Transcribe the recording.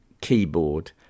keyboard